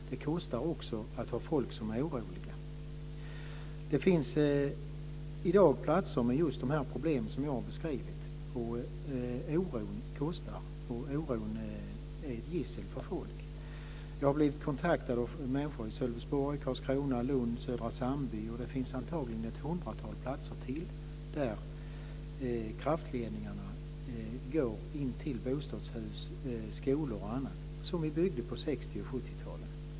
Det kostar också att ha folk som är oroliga. I dag finns platser med de problem som jag har beskrivit. Oron kostar. Den är ett gissel för folk. Jag har blivit kontaktad av människor i Sölvesborg, Karlskrona, Lund och Södra Sandby. Antagligen finns det ytterligare ett hundratal platser där kraftledningarna går intill bostadshus, skolor osv., som vi byggde på 60 och 70-talen.